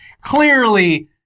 clearly